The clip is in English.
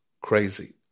crazy